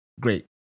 great